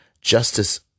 justice